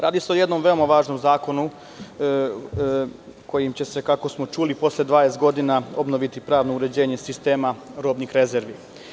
Radi se o jednom veoma važnom zakonu kojim će se, kako smo čuli, posle 20 godina obnoviti pravno uređenje sistema robnih rezervi.